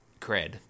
cred